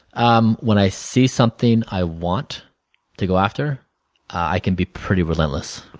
um when i see something i want to go after i can be pretty relentless.